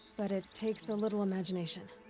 but it takes a little imagination.